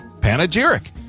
Panegyric